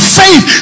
faith